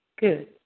Good